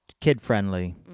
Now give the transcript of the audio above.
kid-friendly